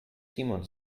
simon